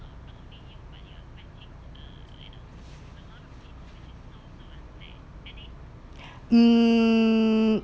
um